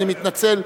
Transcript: אני מתנצל,